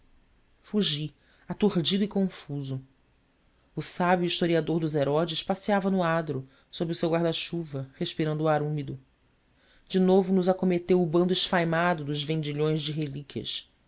fugi aturdido e confuso o sábio historiador dos herodes passeava no adro sob o seu guardachuva respirando o ar úmido de novo nos acometeu o bando esfaimado dos vendilhões de relíquias